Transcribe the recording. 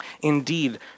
Indeed